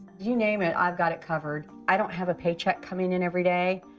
you name it, i've got it covered. i don't have a paycheck coming in every day,